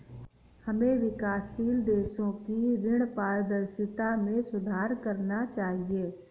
हमें विकासशील देशों की ऋण पारदर्शिता में सुधार करना चाहिए